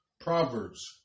Proverbs